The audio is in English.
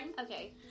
Okay